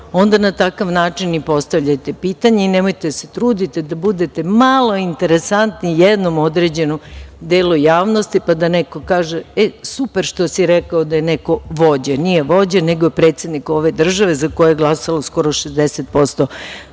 onda na takav način i postavljajte pitanja i nemojte da se trudite da budete malo interesantni jednom određenom delu javnosti pa da neko kaže – e, super što si rekao da je neko vođa. Nije vođa nego je predsednik ove države, za koga je glasalo skoro 60% izašlih